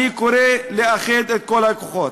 אני קורא לאחד את כל הכוחות.